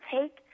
take